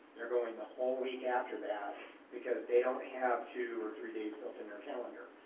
they're going the whole week after that because they don't have two or three days built in your calendar.